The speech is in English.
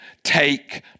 take